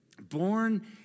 born